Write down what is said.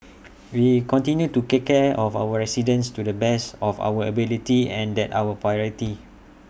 we continue to take care of our residents to the best of our ability and that's our priority